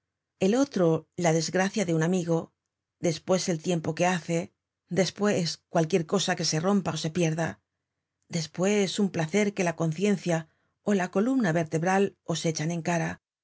el otro la desgracia de un amigo despues el tiempo que hace despues cualquier cosa que se rompa ó se pierda despues un placer que la conciencia ó la columna vertebral os echan en cara